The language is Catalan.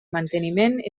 manteniment